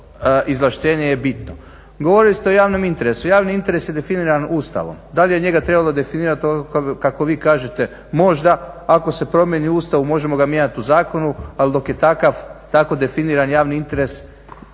izvlaštenje bitno. Govorili ste o javnom interesu, javni interes je definiran Ustavom. Da li je njega trebalo definirati ovako kako vi kažete? Možda, ako se promijeni u Ustavu. Možemo ga mijenjati u zakonu, ali dok je takav tako definiran javni interes